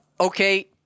Okay